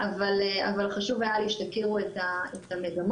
אבל חשוב היה לי שתכירו את המגמות.